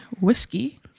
Whiskey